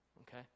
okay